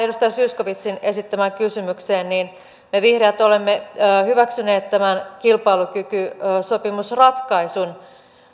edustaja zyskowiczin esittämään kysymykseen niin me vihreät olemme hyväksyneet kilpailukykysopimusratkaisun